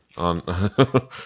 On